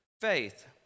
faith